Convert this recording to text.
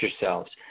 yourselves